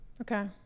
Okay